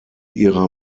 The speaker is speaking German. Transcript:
ihrer